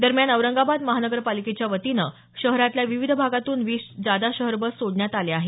दरम्यान औरंगाबाद महानगरपालिकेच्या वतीनं शहरातल्या विविध भागातून वीस जादा शहर बस सोडण्यात आल्या आहेत